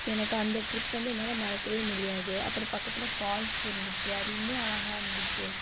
எனக்கு அந்த ட்ரிப் வந்து என்னால் மறக்கவே முடியாது அப்புறம் பக்கத்தில் ஃபால்ஸ் இருந்துச்சு அது இன்னும் அழகாக இருந்துச்சு